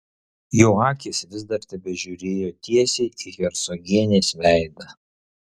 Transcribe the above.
jo akys vis dar tebežiūrėjo tiesiai į hercogienės veidą